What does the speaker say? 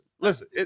listen